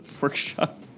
workshop